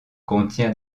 contient